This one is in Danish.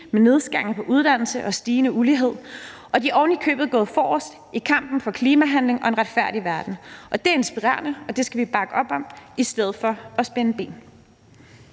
med nedskæringer på uddannelse og stigende ulighed, og de er ovenikøbet gået forrest i kampen for klimahandling og en retfærdig verden. Det er inspirerende, og det skal vi bakke op om i stedet for at spænde ben.